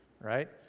right